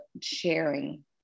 sharing